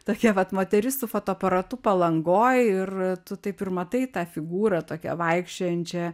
tokia vat moteris su fotoaparatu palangoj ir tu taip ir matai tą figūrą tokią vaikščiojančią